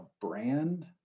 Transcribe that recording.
brand